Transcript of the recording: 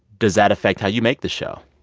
does that affect how you make the show?